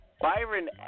Byron